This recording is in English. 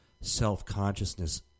self-consciousness